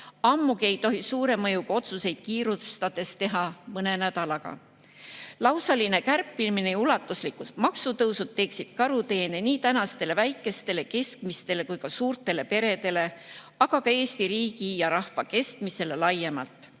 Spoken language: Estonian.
Ammugi ei tohi suure mõjuga otsuseid kiirustades teha mõne nädalaga. Lausaline kärpimine ja ulatuslikud maksutõusud teeksid karuteene nii tänastele väikestele, keskmistele kui ka suurtele peredele, aga ka Eesti riigi ja rahva kestmisele laiemalt.